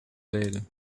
lijden